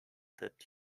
that